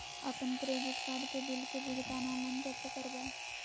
अपन credit card के bill के भुगतान ऑनलाइन कैसे करबैय?